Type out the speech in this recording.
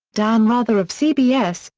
dan rather of cbs,